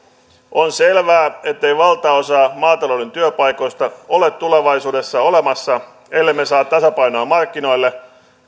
on selvää ettei valtaosaa maatalouden työpaikoista ole tulevaisuudessa olemassa ellemme saa tasapainoa markkinoille